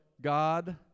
God